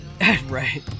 right